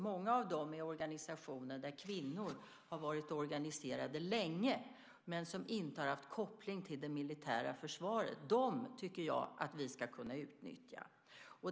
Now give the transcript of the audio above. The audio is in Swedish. Många av dem är organisationer där kvinnor har varit organiserade länge men som inte har haft koppling till det militära försvaret. Dem tycker jag att vi ska kunna utnyttja.